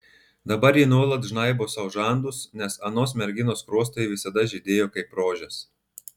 dabar ji nuolat žnaibo sau žandus nes anos merginos skruostai visada žydėjo kaip rožės